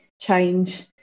change